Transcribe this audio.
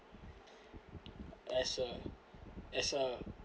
as a as a